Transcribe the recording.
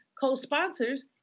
co-sponsors